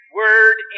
word